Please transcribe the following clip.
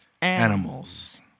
animals